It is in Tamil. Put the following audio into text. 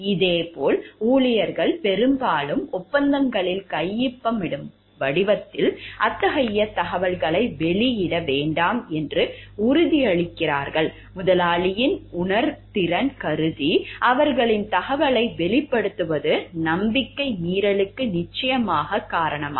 இதேபோல் ஊழியர்கள் பெரும்பாலும் ஒப்பந்தங்களில் கையொப்பமிடும் வடிவத்தில் அத்தகைய தகவல்களை வெளியிட வேண்டாம் என்று உறுதியளிக்கிறார்கள் முதலாளியின் உணர்திறன் கருதி அவர்களின் தகவல்களை வெளிப்படுத்துவது நம்பிக்கை மீறலுக்கு நிச்சயமாகக் காரணமாகும்